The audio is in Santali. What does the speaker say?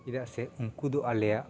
ᱪᱮᱫᱟᱜ ᱥᱮ ᱩᱱᱠᱩ ᱫᱚ ᱟᱞᱮᱭᱟᱜ